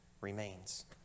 remains